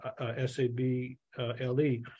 S-A-B-L-E